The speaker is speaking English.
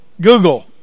Google